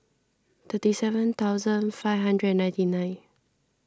thirty seven thousand five hundred and ninety nine